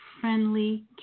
friendly